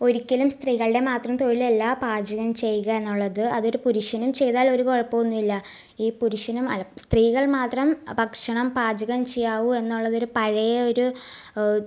ഒരിക്കലും സ്ത്രീകളുടെ മാത്രം തൊഴിലല്ല പാചകം ചെയ്യുകാന്നുള്ളത് അതൊരു പുരുഷനും ചെയ്താലൊരു കുഴപ്പമൊന്നൂല്ല ഈ പുരുഷനും സ്ത്രീകൾ മാത്രം ഭക്ഷണം പാചകം ചെയ്യാവൂ എന്നുള്ളതൊരു പഴയ ഒരു